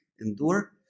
Endure